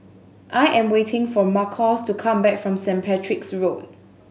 I am waiting for Marcos to come back from St Patrick's Road